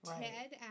Ted